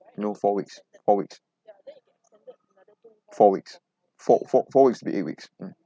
no four weeks four weeks four weeks four four four weeks till eight weeks mm